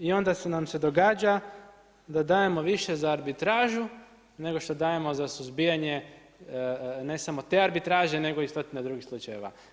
I onda nam se događa da dajemo više za arbitražu, nego što dajemo za suzbijanje, ne samo te arbitraže nego i stotinu drugih slučajeva.